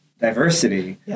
diversity